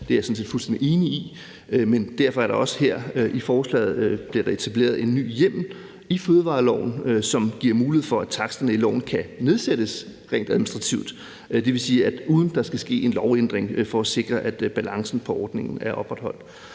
Det er jeg fuldstændig enig i. Derfor bliver der også med lovforslaget her etableret en ny hjemmel i fødevareloven, som giver mulighed for, at taksterne i loven rent administrativt kan nedsættes, dvs. uden at der skal ske en lovændring, for at sikre, at balancen på ordningen bliver opretholdt.